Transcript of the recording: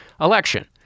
election